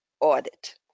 audit